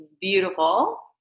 beautiful